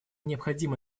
необходимо